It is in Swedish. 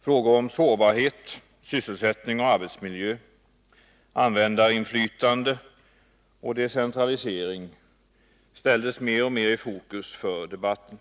Frågor om sårbarhet, sysselsättning och arbetsmiljö, användarinflytande och decentralisering sattes mer och mer i fokus för debatten.